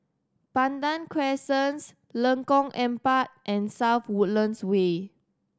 Pandan Crescent Lengkong Empat and South Woodlands Way